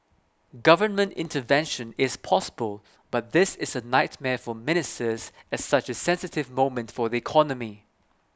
government intervention is possible but this is a nightmare for ministers at such a sensitive moment for the economy